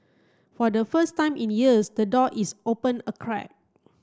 for the first time in years the door is open a crack